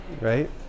right